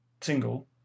single